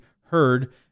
heard